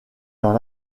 dans